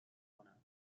کند